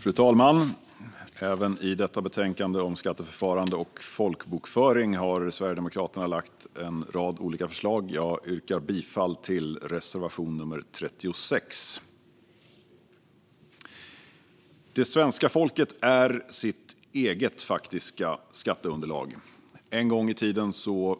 Fru talman! Även i detta ärende om skatteförfarande och folkbokföring har Sverigedemokraterna lagt fram en rad olika förslag. Jag yrkar bifall till reservation nummer 36. Det svenska folket är sitt eget faktiska skatteunderlag. En gång i tiden